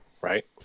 right